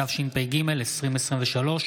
התשפ"ג 2023,